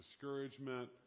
discouragement